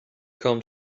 come